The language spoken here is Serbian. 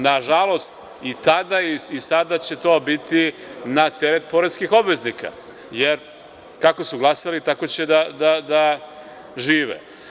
Nažalost, i tada i sada će biti na teret poreskih obveznika, jer kako su glasali, tako će da žive.